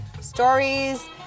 stories